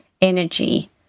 energy